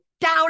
down